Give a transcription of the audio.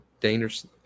dangerous